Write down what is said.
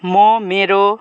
म मेरो